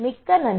மிக்க நன்றி